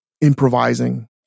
improvising